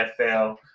NFL